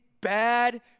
bad